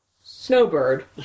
Snowbird